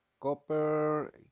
Copper